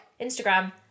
Instagram